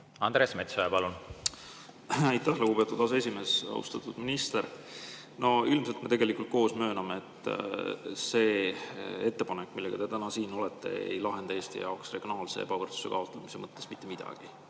Andres Metsoja, palun! Aitäh, lugupeetud aseesimees! Austatud minister! No ilmselt me tegelikult koos mööname, et see ettepanek, millega te täna siin olete, ei lahenda Eesti jaoks regionaalse ebavõrdsuse kaotamise mõttes mitte midagi.